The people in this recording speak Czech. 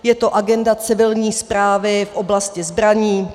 Je to agenda civilní správy v oblasti zbraní.